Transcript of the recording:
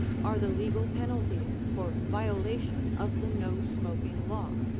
are the legal penalties for violation of the no smoking law,